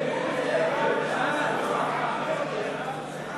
סיעת רע"ם-תע"ל-מד"ע